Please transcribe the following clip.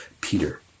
Peter